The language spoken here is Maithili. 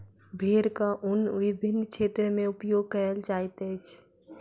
भेड़क ऊन विभिन्न क्षेत्र में उपयोग कयल जाइत अछि